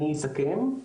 אני אסכם,